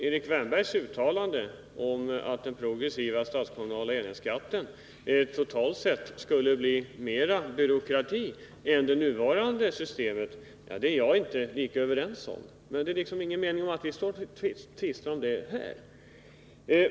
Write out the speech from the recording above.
Erik Wärnbergs bedömning att systemet med en sådan skatt totalt sett skulle innebära ökad byråkrati i förhållande till nuvarande system delar jag inte, men det är ingen mening med att vi tvistar om det nu.